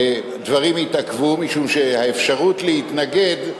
דברים התעכבו, משום שהאפשרות להתנגד,